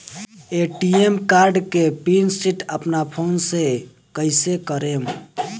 ATM card के pin set अपना phone से कइसे करेम?